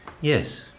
Yes